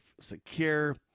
secure